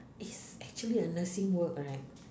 is actually a nursing work right